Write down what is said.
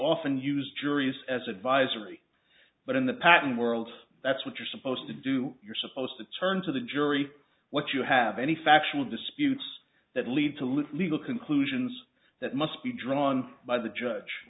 often use juries as advisory but in the patent world that's what you're supposed to do you're supposed to turn to the jury what you have any factual disputes that lead to live legal conclusions that must be drawn by the judge